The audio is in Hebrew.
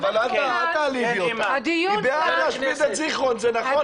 היא בעד להשמיד את זיכרון אבל אל תעליבי אותה,